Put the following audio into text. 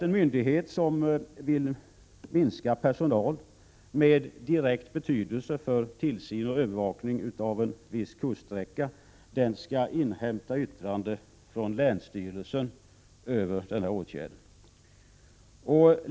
En myndighet som vill minska personal med direkt betydelse för tillsyn och övervakning av en viss kuststräcka skall inhämta yttrande från länsstyrelsen över denna åtgärd.